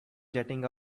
jetting